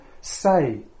say